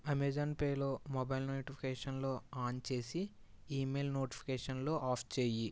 అమెజాన్పేలో mobile నోటిఫికేషన్లు on చేసి email నోటిఫికేషన్లు ఆఫ్ చెయ్యి